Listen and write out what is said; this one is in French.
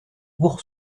ours